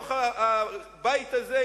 בתוך הבית הזה,